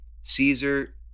Caesar